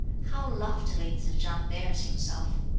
how loftily tsz-chang bears himself!